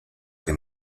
que